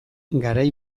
garai